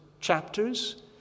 chapters